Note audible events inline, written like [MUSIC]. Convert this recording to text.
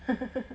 [LAUGHS]